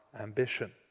ambition